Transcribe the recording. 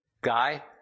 guy